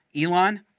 Elon